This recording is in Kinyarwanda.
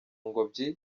ngobyi